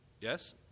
Yes